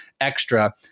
extra